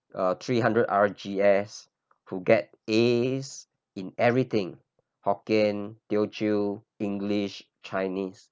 uh three hundred R_G_S who get A's in everything hokkien teochew english chinese